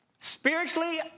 Spiritually